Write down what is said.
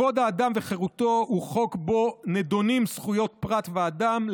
כבוד האדם וחירותו הוא חוק שבו נדונות זכויות פרט ואדם,